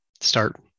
start